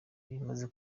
ibimaze